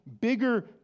bigger